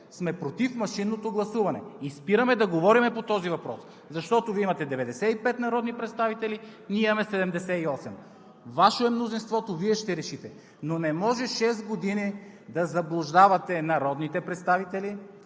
сме против машинното гласуване“ и спираме да говорим по този въпрос. Защото Вие имате 95 народни представители, ние имаме 78. Ваше е мнозинството, Вие ще решите. Но не може шест години да заблуждавате народните представители,